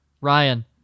Ryan